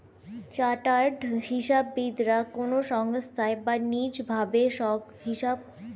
chartered হিসাববিদরা কোনো সংস্থায় বা নিজ ভাবে হিসাবরক্ষণের কাজে থাকেন